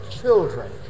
children